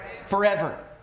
Forever